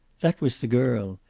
that was the girl.